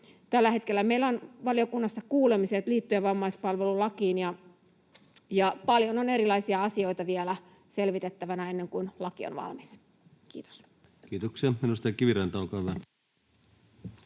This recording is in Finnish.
Tällä hetkellä meillä on valiokunnassa kuulemiset liittyen vammaispalvelulakiin, ja paljon on erilaisia asioita vielä selvitettävänä, ennen kuin laki on valmis. — Kiitos. Kiitoksia. — Edustaja Kiviranta, olkaa hyvä.